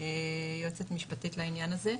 יועצת משפטית לעניין הזה.